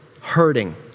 hurting